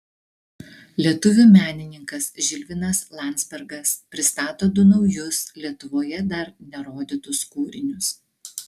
lietuvių menininkas žilvinas landzbergas pristato du naujus lietuvoje dar nerodytus kūrinius